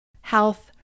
health